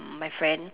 my friend